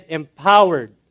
empowered